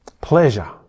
Pleasure